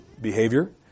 behavior